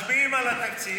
מצביעים על התקציב,